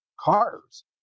cars